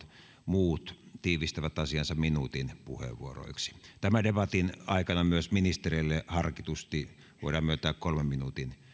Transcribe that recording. muut tiivistävät asiansa yhden minuutin puheenvuoroiksi tämän debatin aikana myös ministereille harkitusti voidaan myöntää kolmen minuutin